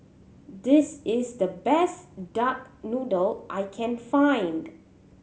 this is the best duck noodle I can find